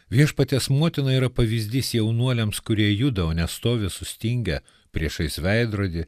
viešpaties motina yra pavyzdys jaunuoliams kurie juda nestovi sustingę priešais veidrodį